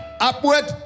upward